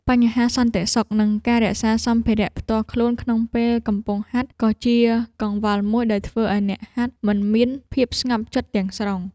បញ្ហាសន្តិសុខ និងការរក្សាសម្ភារៈផ្ទាល់ខ្លួនក្នុងពេលកំពុងហាត់ ក៏ជាកង្វល់មួយដែលធ្វើឱ្យអ្នកហាត់មិនមានភាពស្ងប់ចិត្តទាំងស្រុង។